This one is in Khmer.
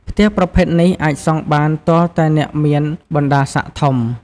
ផ្ទះប្រភេទនេះអាចសង់បានទាល់តែអ្នកមានបណ្តាសិក្ត័ធំ។